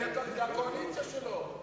זאת הקואליציה שלו.